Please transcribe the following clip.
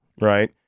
right